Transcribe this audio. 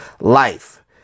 life